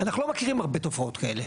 אנחנו לא מכירים הרבה תופעות כאלה,